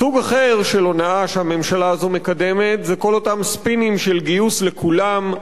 סוג אחר של הונאה שהממשלה הזאת מקדמת זה כל אותם ספינים של גיוס לכולם,